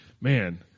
man